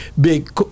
big